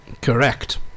correct